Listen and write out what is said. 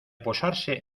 posarse